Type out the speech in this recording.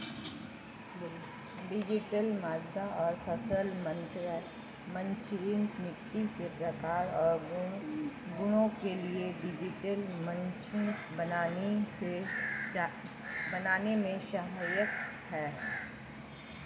digital मृदा और फसल मानचित्रण मिट्टी के प्रकार और गुणों के लिए डिजिटल मानचित्र बनाने में सहायक है